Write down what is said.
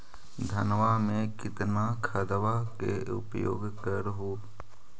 धानमा मे कितना खदबा के उपयोग कर हू?